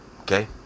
Okay